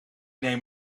neem